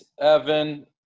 Evan